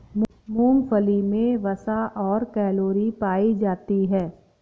मूंगफली मे वसा और कैलोरी पायी जाती है